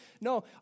No